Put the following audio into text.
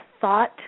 thought